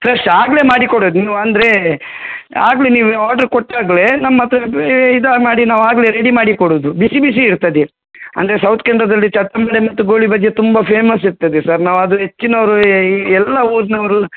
fresh ಆಗಲೆ ಮಾಡಿ ಕೊಡೋದು ನೀವು ಅಂದರೆ ಆಗಲೆ ನೀವು ಆರ್ಡರ್ ಕೊಟ್ಟಾಗಲೆ ನಮ್ಮತ್ತಿರ ಇದು ಮಾಡಿ ನಾವು ಆಗಲೆ ರೆಡಿ ಮಾಡಿ ಕೊಡೋದು ಬಿಸಿ ಬಿಸಿ ಇರ್ತದೆ ಅಂದರೆ ಸೌತ್ ಕೇಂದ್ರದಲ್ಲಿ ಚಟ್ಟಂಬಡೆ ಮತ್ತು ಗೋಳಿಬಜೆ ತುಂಬ ಫೇಮಸ್ ಇರ್ತದೆ ಸರ್ ನಾವು ಅದು ಹೆಚ್ಚಿನವ್ರು ಈ ಈ ಎಲ್ಲ ಊರಿನವ್ರು